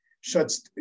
shuts